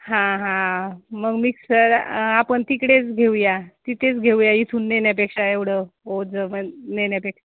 हां हां मग मिक्सर आपण तिकडेच घेऊया तिथेच घेऊया इथून नेण्यापेक्षा एवढं ओझं नेण्यापेक्षा